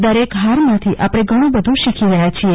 દરેક ફારમાંથી આપણે ઘણું બધું શીખી રહ્યા છીએ